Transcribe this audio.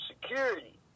Security